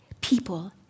people